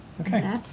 Okay